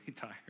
tired